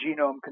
genome